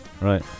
right